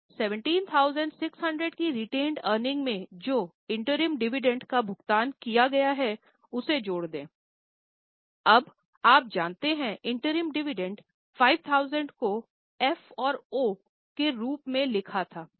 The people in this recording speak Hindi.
तो 17600 की रेटेनेड एअर्निंग्स 5000 को एफ और ओ के रूप में लिखा था